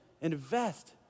invest